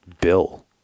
bill